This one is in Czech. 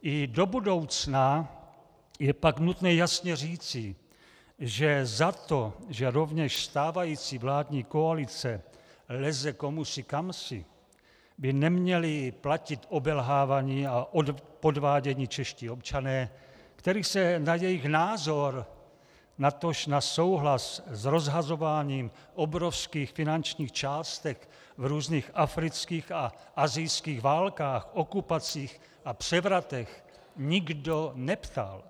I do budoucna je pak nutné jasně říci, že za to, že rovněž stávající vládní koalice leze komusi kamsi, by neměli platit obelhávaní a podvádění čeští občané, kterých se na jejich názor, natož na souhlas s rozhazováním obrovských finančních částek v různých afrických a asijských válkách, okupacích a převratech nikdo neptal.